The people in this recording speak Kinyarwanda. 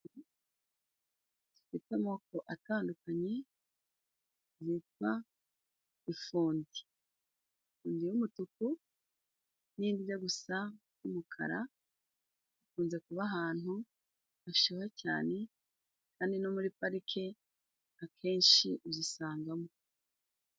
Zifite amoko atandukanye zitwa ifundi. Ifundi y'umutuku n'indi ijya gusa n'umukara bikunze kuba ahantu hashuha cyane kandi no muri parike akenshi uzisangamo.